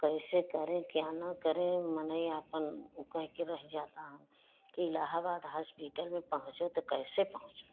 कैसे करें क्या न करें मनेय आपन उ कह के रह जाता है कि इलाहाबाद हॉस्पिटल में पहोंचो तो कैसे पहोंचो